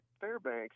Fairbanks